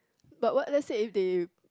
but what let's say if they